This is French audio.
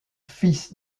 fils